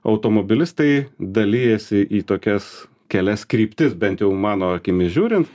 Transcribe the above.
automobilistai dalijasi į tokias kelias kryptis bent jau mano akimis žiūrint